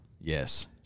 Yes